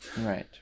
Right